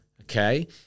okay